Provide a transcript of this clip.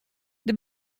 der